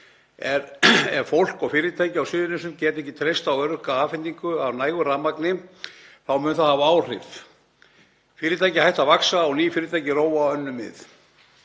Ef fólk og fyrirtæki á Suðurnesjum geta ekki treyst á örugga afhendingu af nægu rafmagni þá mun það hafa áhrif. Fyrirtæki hætta að vaxa og ný fyrirtæki róa á önnur mið.